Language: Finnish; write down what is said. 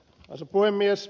arvoisa puhemies